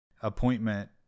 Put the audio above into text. appointment